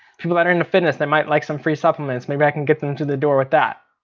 people that are into fitness, they might like some free supplements. maybe i can get them through the door with that.